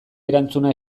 erantzuna